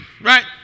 right